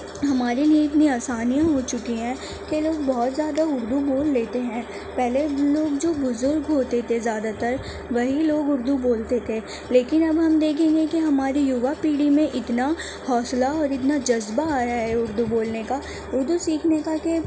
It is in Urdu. ہمارے لیے اتنی آسانیاں ہو چکی ہیں کہ لوگ بہت زیادہ اردو بول لیتے ہیں پہلے لوگ جو بزرگ ہوتے تھے زیادہ تر وہی لوگ اردو بولتے تھے لیکن اب ہم دیکھیں گے کہ ہماری یووا پیڑھی میں اتنا حوصلہ اور اتنا جذبہ آ رہا ہے اردو بولنے کا اردو سیکھنے کا کہ